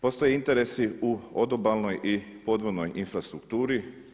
Postoje interesi u odobalnoj i podvodnoj infrastrukturi.